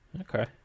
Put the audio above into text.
okay